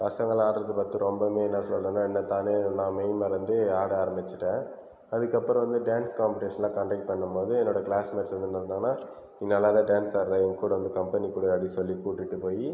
பசங்கலாம் ஆடுறது பார்த்துட்டு ரொம்பவே என்ன சொல்றதுன்னா என்னநானே நான் மெய்மறந்து ஆட ஆரமிச்சிட்டேன் அதுக்கு அப்புறம் வந்து டான்ஸ் காம்படிஷன்லாம் கண்டெக்ட் பண்ணும்போது என்னோட கிளாஸ் மேட்ஸ் வந்து என்ன சொன்னாங்கனா நீ நல்லாதான் டான்ஸ் ஆடுகிற என் கூட வந்து கம்பெனி கொடு அப்படின்னு சொல்லி கூட்டிட்டு போய்